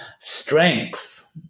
Strengths